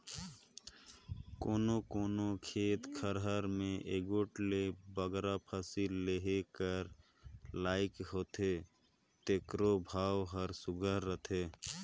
कोनो कोनो खेत खाएर में एगोट ले बगरा फसिल लेहे कर लाइक होथे तेकरो भाव हर सुग्घर रहथे